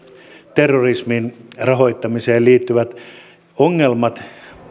terrorismin rahoittamiseen liittyvät ongelmat